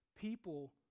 People